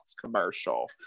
commercial